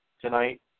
tonight